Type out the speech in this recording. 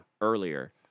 earlier